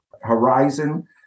Horizon